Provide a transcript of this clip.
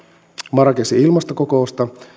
marrakechin ilmastokokousta